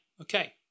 Okay